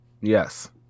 Yes